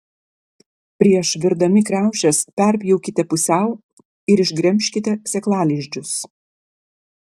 prieš virdami kriaušes perpjaukite pusiau ir išgremžkite sėklalizdžius